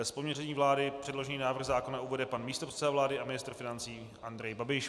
Z pověření vlády předložený návrh uvede pan místopředseda vlády a ministr financí Andrej Babiš.